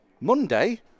Monday